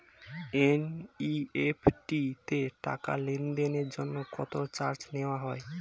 NEFT তে টাকা লেনদেনের জন্য কত চার্জ নেয়া হয়?